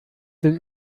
den